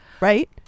right